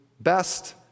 best